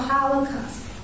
Holocaust